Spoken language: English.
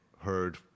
heard